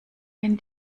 wenn